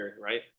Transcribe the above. right